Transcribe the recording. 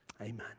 Amen